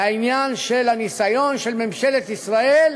זה הניסיון של ממשלת ישראל